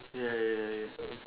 ya ya ya